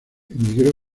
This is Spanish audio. emigró